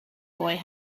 boy